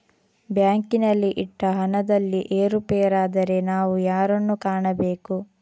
ಬ್ಯಾಂಕಿನಲ್ಲಿ ಇಟ್ಟ ಹಣದಲ್ಲಿ ಏರುಪೇರಾದರೆ ನಾವು ಯಾರನ್ನು ಕಾಣಬೇಕು?